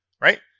Right